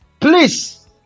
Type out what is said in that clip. Please